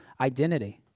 identity